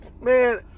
Man